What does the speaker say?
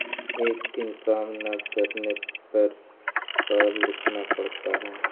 एक दिन काम न करने पर का लिखना पड़ता है?